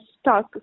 stuck